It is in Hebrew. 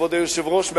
כבוד היושב-ראש,